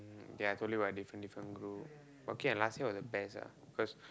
then I told you about different different group okay lah last year was the best ah cause